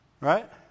Right